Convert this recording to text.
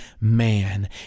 man